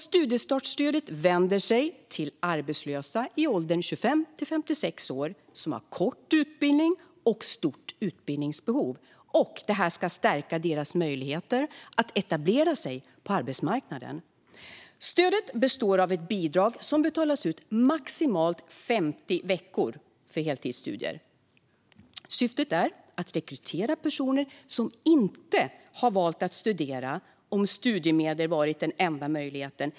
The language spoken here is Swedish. Studiestartsstödet vänder sig till arbetslösa i åldern 25-56 år som har kort utbildning och stort utbildningsbehov. Detta ska stärka deras möjligheter att etablera sig på arbetsmarknaden. Stödet består av ett bidrag som betalas ut maximalt 50 veckor för heltidsstudier. Syftet är att rekrytera personer som inte hade valt att studera om studiemedel hade varit den enda möjligheten.